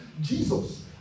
Jesus